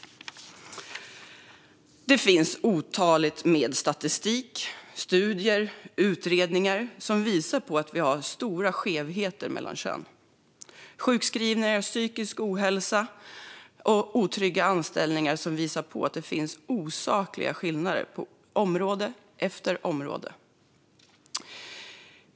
Det finns mängder med statistik, studier och utredningar som visar att vi har stora skevheter mellan könen. Sjukskrivningar, psykisk ohälsa och otrygga anställningar visar att det finns osakliga skillnader på område efter område.